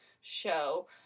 show